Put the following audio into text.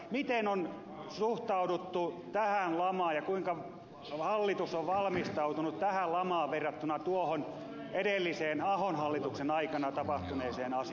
miten on suhtauduttu tähän lamaan ja kuinka hallitus on valmistautunut tähän lamaan verrattuna tuohon edelliseen ahon hallituksen aikana tapahtuneeseen asiaan